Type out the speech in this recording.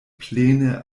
plene